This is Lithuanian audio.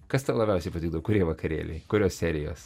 kas tau labiausiai patikdavo kurie vakarėliai kurios serijos